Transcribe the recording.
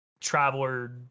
traveler